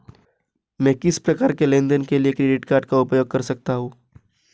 मैं किस प्रकार के लेनदेन के लिए क्रेडिट कार्ड का उपयोग कर सकता हूं?